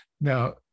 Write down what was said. Now